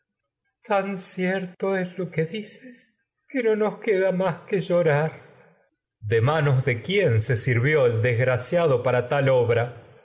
v cierto es d tecmesa tan lo que dices que no nos queda más que llorar coro de manos de quién se sirvió el desgraciado para tal obra